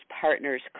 partners